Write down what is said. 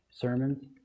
sermon